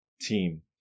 team